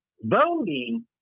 voting